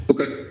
Okay